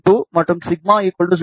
822 மற்றும் σ 0